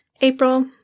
April